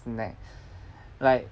neck like